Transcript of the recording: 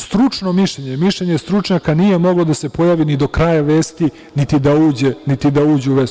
Stručno mišljenje, mišljenje stručnjaka nije moglo da se pojavi ni do kraja vesti, niti da uđe u vest.